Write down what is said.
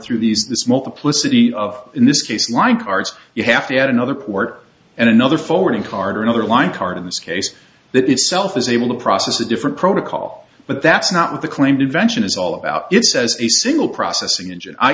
through these this multiplicity of in this case wind cards you have to add another port and another forwarding card or another line card in this case that itself is able to process a different protocol but that's not the claimed invention is all about it says a single processing engine i